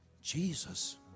Jesus